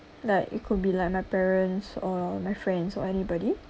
like it could be like my parents or my friends or anybody